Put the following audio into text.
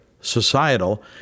societal